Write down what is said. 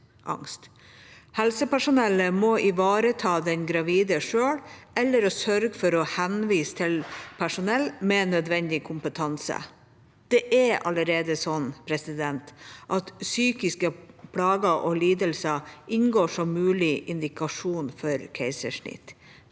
Helsepersonellet må ivareta den gravide selv eller sørge for å henvise til personell med nødvendig kompetanse. Det er allerede sånn at psykiske plager og lidelser inngår som mulig indikasjon for keisersnitt.